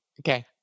Okay